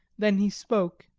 then he spoke